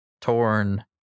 torn